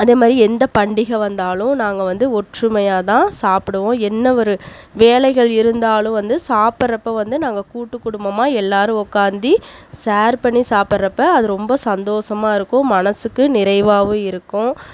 அதேமாதிரி எந்த பண்டிகை வந்தாலும் நாங்கள் வந்து ஒற்றுமையாக தான் சாப்பிடுவோம் என்னவொரு வேலைகள் இருந்தாலும் வந்து சாப்பிட்றப்ப வந்து நாங்கள் கூட்டு குடும்பமாக எல்லாரும் உட்காந்து ஷேர் பண்ணி சாப்பிட்றப்ப அது ரொம்ப சந்தோசமாக இருக்கும் மனதுக்கு நிறைவாகவும் இருக்கும்